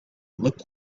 looked